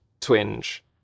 twinge